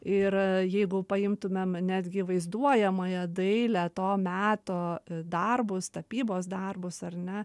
ir jeigu paimtumėm netgi vaizduojamąją dailę to meto darbus tapybos darbus ar ne